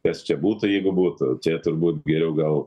kas čia būtų jeigu būtų čia turbūt geriau gal